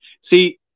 See